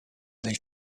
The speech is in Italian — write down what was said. del